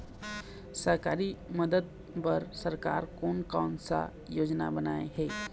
सरकारी मदद बर सरकार कोन कौन सा योजना बनाए हे?